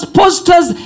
posters